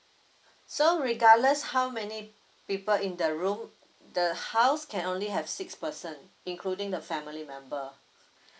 so regardless how many people in the room the house can only have six person including the family member